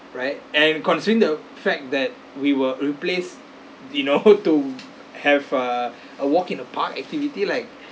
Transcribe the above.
right and considering the fact that we were replaced you know to have a a walk in the park activity like